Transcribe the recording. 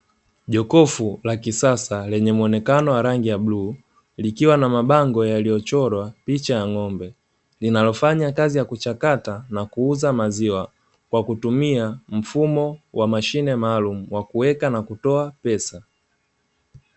Jokofu la kisasa lenye muonekano wa rangi ya bluu, likiwa na mabango yaliyochorwa picha ya ng’ombe, linalofanya kazi ya kuchakata na kuuza maziwa kwa kutumia mfumo wa mashine maalumu, wa kuweka na kutoa pesa.